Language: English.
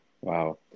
Wow